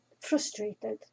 frustrated